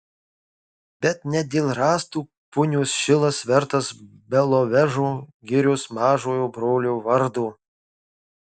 bet ne dėl rąstų punios šilas vertas belovežo girios mažojo brolio vardo